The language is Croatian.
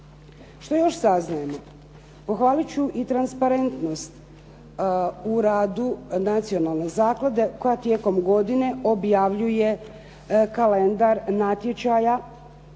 Što još saznajemo? Pohvalit ću i transparentnost u radu Nacionalne zaklade koja tijekom godine objavljuje kalendar natječaja,